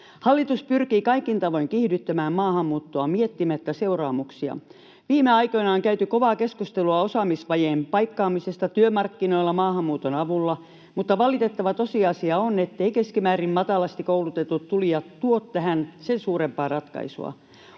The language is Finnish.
Hallitus pyrkii kaikin tavoin kiihdyttämään maahanmuuttoa miettimättä seuraamuksia. Viime aikoina on käyty kovaa keskustelua osaamisvajeen paikkaamisesta työmarkkinoilla maahanmuuton avulla, mutta valitettava tosiasia on, etteivät keskimäärin matalasti koulutetut tulijat tuo tähän sen suurempaa ratkaisua.